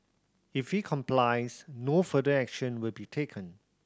if he complies no further action will be taken